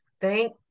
thank